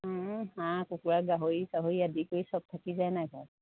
হাঁহ কুকুাৰ গাহৰি চাহৰি আদি কৰি চব থাকি যায় নাই ঘৰত